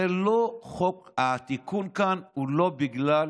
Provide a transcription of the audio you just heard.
זה לא חוק, התיקון כאן הוא לא בגלל